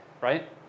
right